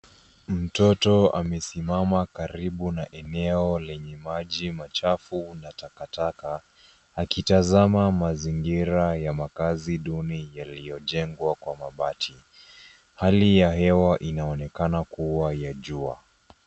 Mtoto amesimama karibu na eneo lenye maji machafu na takataka akitazama mazingira ya makazi duni yaliyojengwa kwa mabati. Hali ya hewa inaonekana kuwa ya jua.